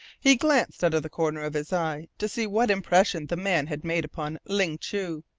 he glanced out of the corner of his eye to see what impression the man had made upon ling chu.